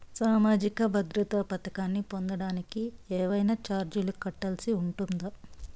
సామాజిక భద్రత పథకాన్ని పొందడానికి ఏవైనా చార్జీలు కట్టాల్సి ఉంటుందా?